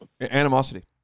animosity